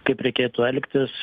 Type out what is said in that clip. kaip reikėtų elgtis